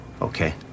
okay